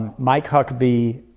mike huckabee